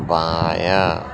بایاں